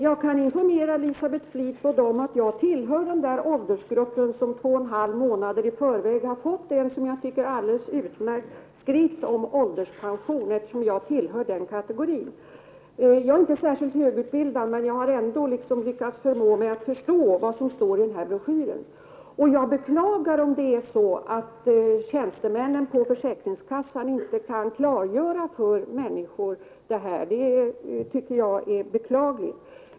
Jag kan informera Elisabeth Fleetwood om att jag tillhör den åldersgrupp som två och en halv månader i förväg har fått den, som jag tycker, alldeles utmärkta skriften om ålderspensionen. Jag är inte högutbildad, men jag har ändå lyckats förstå vad som står i denna broschyr. Jag beklagar om det är så att tjänstemännen på försäkringskassorna inte kan klargöra dessa frågor för människorna.